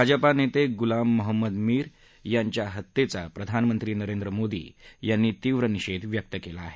भाजपा नेते गुलाम मोहम्मद मीर यांची हत्या झाल्याचा प्रधानमंत्री नरेंद्र मोदी यांनी तीव्र निषेध व्यक्त केला आहे